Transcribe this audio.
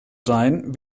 sein